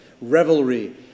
revelry